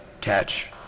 catch